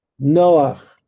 Noach